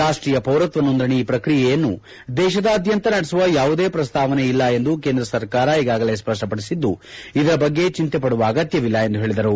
ರಾಷ್ಟೀಯ ಪೌರತ್ವ ನೋಂದಣಿ ಪ್ರಕ್ರಿಯೆಯನ್ನು ದೇಶಾದ್ಕಂತ ನಡೆಸುವ ಯಾವುದೇ ಪ್ರಸ್ತಾವನೆ ಇಲ್ಲ ಎಂದು ಕೇಂದ್ರ ಸರ್ಕಾರ ಈಗಾಗಲೇ ಸ್ಪಷ್ಪಡಿಸಿದ್ದು ಇದರ ಬಗ್ಗೆ ಚಿಂತೆಪಡುವ ಅಗತ್ಯವಿಲ್ಲ ಎಂದು ಹೇಳಿದರು